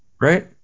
Right